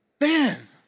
man